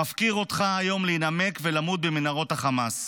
מפקיר אותך היום להימק ולמות במנהרות החמאס.